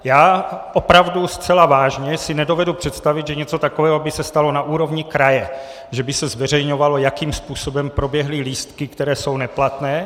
Já si opravdu zcela vážně nedovedu představit, že by se něco takového stalo na úrovni kraje, že by se zveřejňovalo, jakým způsobem proběhly lístky, které jsou neplatné.